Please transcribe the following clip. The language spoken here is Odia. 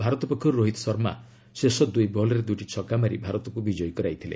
ଭାରତ ପକ୍ଷରୁ ରୋହିତ ଶର୍ମା ଶେଷ ଦୁଇ ବଲ୍ରେ ଦୁଇଟି ଛକା ମାରି ଭାରତକୁ ବିଜୟୀ କରାଇଥିଲେ